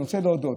אני רוצה להודות.